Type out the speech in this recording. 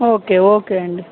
okay okay అండి